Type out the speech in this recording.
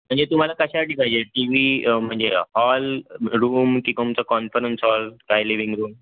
म्हणजे तुम्हाला कशासाठी पाहिजे टी वी म्हणजे हॉल रूम की तुमचं कॉन्फरन्स हॉल काय लिविंग रूम